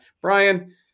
Brian